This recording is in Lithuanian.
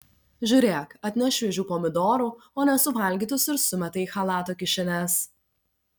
žiūrėk atneš šviežių pomidorų o nesuvalgytus ir sumeta į chalato kišenes